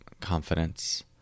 confidence